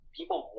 people